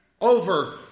over